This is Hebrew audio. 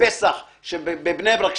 בפסח בבני ברק,